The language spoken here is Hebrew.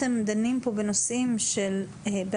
זה מצוין, אבל אנחנו לא שותפנו.